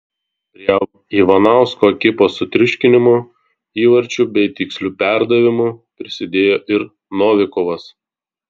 prie ivanausko ekipos sutriuškinimo įvarčiu bei tiksliu perdavimu prisidėjo ir novikovas